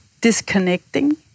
disconnecting